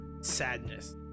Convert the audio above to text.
sadness